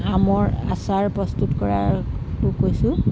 আমৰ আচাৰ প্ৰস্তুত কৰাতো কৈছোঁ